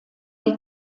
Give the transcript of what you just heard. die